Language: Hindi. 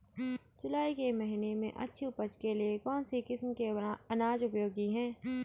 जुलाई के महीने में अच्छी उपज के लिए कौन सी किस्म के अनाज उपयोगी हैं?